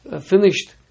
finished